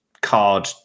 card